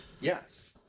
Yes